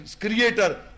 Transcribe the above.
Creator